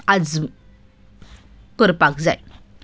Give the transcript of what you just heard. अजून करपाक जाय